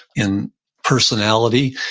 in personality,